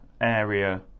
area